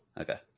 Okay